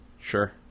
Sure